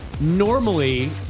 Normally